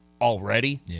already